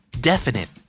Definite